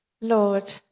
Lord